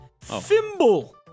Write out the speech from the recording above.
Thimble